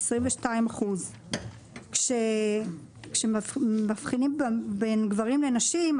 22%. כשמבחינים בין נשים לגברים,